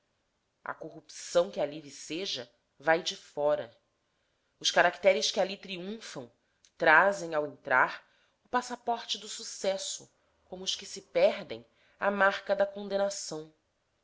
a corrupção que ali viceja vai de fora os caracteres que ali triunfam trazem ao entrar o passaporte do sucesso como os que se perdem a marca da condenação